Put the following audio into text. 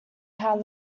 how